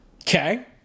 okay